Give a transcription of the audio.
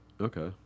Okay